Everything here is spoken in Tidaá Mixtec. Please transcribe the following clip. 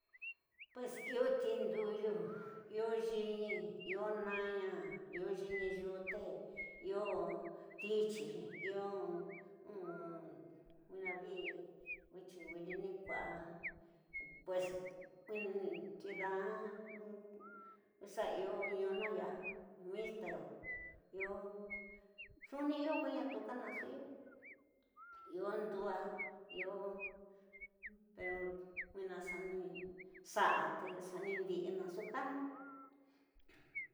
Pues iyo tinduyu, iyo yiini, iyo naña, iyo yiini yute, iyo tityi, iyo iyo nwina dii wityi wili ni kua pues, ndida xa ñnuña ñyaa mispero, iyo soni iyo ko ññtu ka ñnxu iyo, iyo ndu'a, iyo nwina xa ni xa'a xa nindi'i te naxu ka.